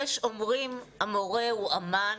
יֵשׁ אוֹמְרִים: הוּא אָמָּן.